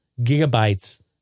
gigabytes